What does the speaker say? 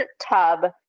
tub